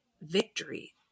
victory